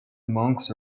monks